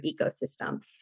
ecosystem